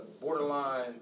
borderline